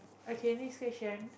okay next question